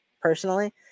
personally